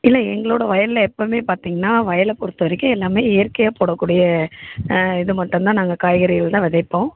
இல்லை எங்களோடய வயல்ல எப்போவுமே பார்த்தீங்கன்னா வயலை பொறுத்த வரைக்கும் எல்லாமே இயற்கையாக போடக்கூடிய இது மட்டுந்தான் நாங்கள் காய்கறிகள்தான் விதைப்போம்